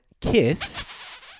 kiss